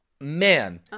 man